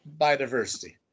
biodiversity